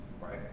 right